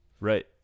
Right